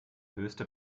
höchste